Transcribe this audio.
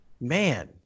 Man